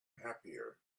happier